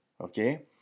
okay